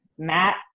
Matt